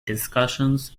discussions